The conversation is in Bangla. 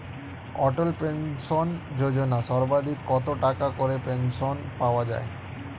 অটল পেনশন যোজনা সর্বাধিক কত টাকা করে পেনশন পাওয়া যায়?